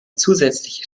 zusätzliche